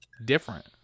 different